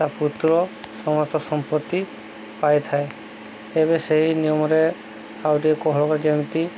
ତା ପୁତ୍ର ସମସ୍ତ ସମ୍ପତ୍ତି ପାଇଥାଏ ଏବେ ସେହି ନିୟମରେ ଆଉ ଟିକେ କୋହଳ ହବ ଯେମିତି